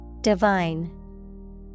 Divine